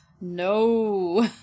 No